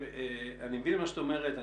אני מבין מה שאת אומרת.